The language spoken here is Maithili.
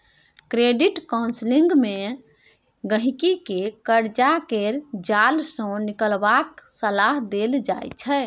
क्रेडिट काउंसलिंग मे गहिंकी केँ करजा केर जाल सँ निकलबाक सलाह देल जाइ छै